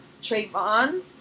Trayvon